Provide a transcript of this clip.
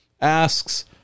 asks